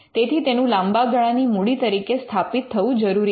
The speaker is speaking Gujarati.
તેથી તેનું લાંબા ગાળાની મૂડી તરીકે સ્થાપિત થવું જરૂરી છે